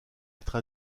être